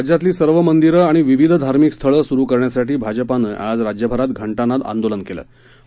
राज्यातली सर्व मंदिरं आणि विविध धार्मिक स्थळं स्रु करण्यासाठी भाजपाच्या वतीनं आज राज्यभरात घंटानाद आंदोलन करण्यात आलं